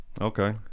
okay